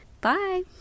Bye